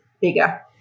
bigger